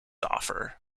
offer